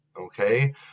Okay